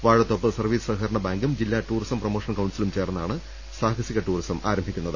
Vazhathope service സഹകരണ ബാങ്കും ജില്ലാ ടൂറിസം പ്രമോഷൻ കൌൺസിലും ചേർന്നാണ് സാഹസിക ടൂറിസം ആരംഭിക്കുന്നത്